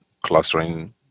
clustering